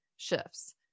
shifts